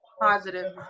positive